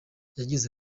yagize